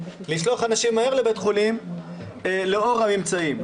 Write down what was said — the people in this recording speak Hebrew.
לשלוח אנשים מהר לבית חולים לאור הממצאים.